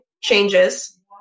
changes